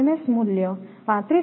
s મૂલ્ય 35